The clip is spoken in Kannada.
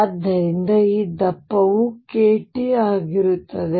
ಆದ್ದರಿಂದ ಈ ದಪ್ಪವು KT ಆಗಿರುತ್ತದೆ